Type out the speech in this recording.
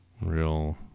real